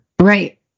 right